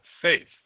faith